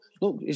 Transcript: look